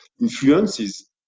influences